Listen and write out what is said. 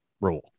rule